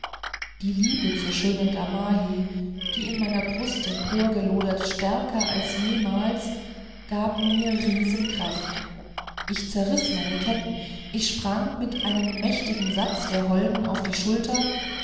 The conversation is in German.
die liebe zur schönen gamaheh die in meiner brust emporgelodert stärker als jemals gab mir riesenkraft ich zerriß meine ketten ich sprang mit einem mächtigen satz der holden auf die schulter